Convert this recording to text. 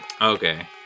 Okay